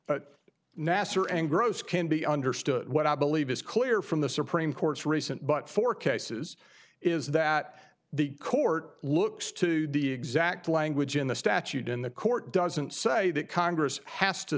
but nasser and gross can be understood what i believe is clear from the supreme court's recent but four cases is that the court looks to the exact language in the statute in the court doesn't say that congress has to